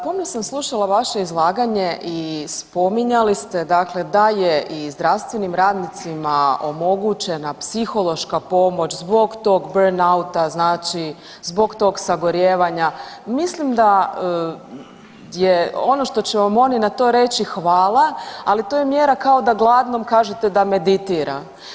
Puno sam slušala vaše izlaganje i spominjali ste dakle da je i zdravstvenim radnicima omogućena psihološka pomoć zbog tog burnout-a znači, zbog tog sagorijevanja mislim da je ono što će vam oni na to reći hvala, ali to je mjera kao da gladnom kažete da meditira.